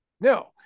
no